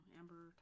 amber